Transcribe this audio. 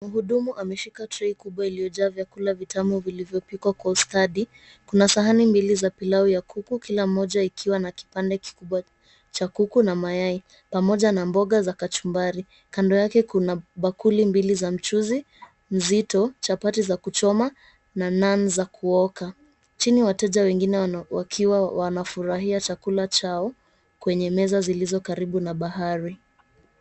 Mhudumu amishika trei kubwa iliyojaa vyakula vitamu vilivyopikwa kwa ustadi. Kuna sahani mbili za pilau ya kuku. Kila moja ikiwa na kipande kikubwa cha kuku na mayai na mayai pamoja na mboga za kachumbari. Kando yake kuna bakuli mbili za mchuzi nzito, chapati za kuchoma na nanz za kuoka. Chini wateja wengine wakiwa wanafurahia chakula chao kwenye meza zilizo karibu na bahari.